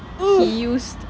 he used